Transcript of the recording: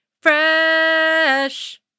Fresh